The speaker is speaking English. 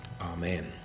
Amen